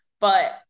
but-